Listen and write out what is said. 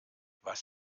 was